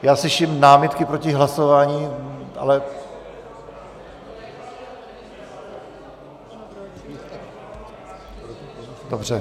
Já slyším námitky proti hlasování, ale... dobře.